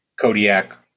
Kodiak